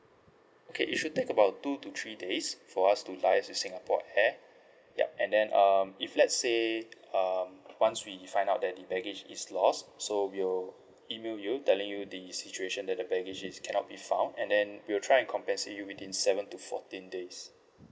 okay it should take about two to three days for us to liaise with singapore air yup and then um if let's say um once we find out that the baggage is lost so we'll email you telling you the situation that the baggage is cannot be found and then we will try and compensate you within seven to fourteen days